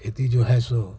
खेती जो है सो